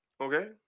Okay